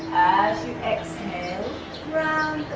as you exhale round